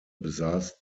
besaß